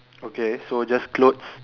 okay so just clothes